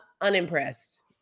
unimpressed